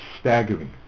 staggering